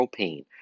Propane